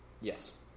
Yes